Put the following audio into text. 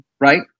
right